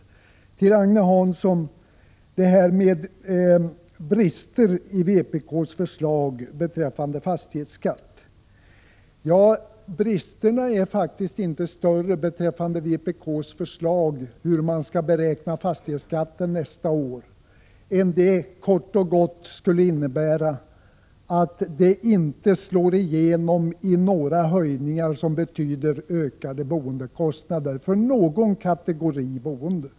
Agne Hansson talar om brister i vpk:s förslag beträffande fastighetsskatt. Bristerna är faktiskt inte större beträffande vpk:s förslag hur man skall beräkna fastighetsskatten nästa år än att förslaget kort och gott skulle innebära att det inte slår igenom i några höjningar som betyder ökade boendekostnader för någon kategori boende.